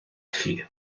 chi